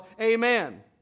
Amen